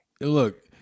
Look